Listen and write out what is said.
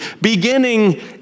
beginning